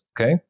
okay